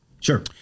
Sure